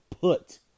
put